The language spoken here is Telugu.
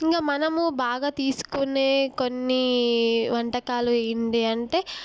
ఇంక మనము బాగా తీసుకునే కొన్ని వంటకాలు ఏంటి అంటే